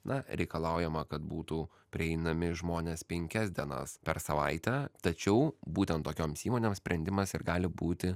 na reikalaujama kad būtų prieinami žmonės penkias dienas per savaitę tačiau būtent tokioms įmonėms sprendimas ir gali būti